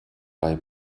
bei